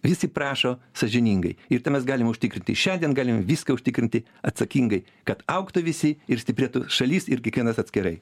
visi prašo sąžiningai ir tai mes galim užtikrinti šiandien galim viską užtikrinti atsakingai kad augtų visi ir stiprėtų šalis ir kiekvienas atskirai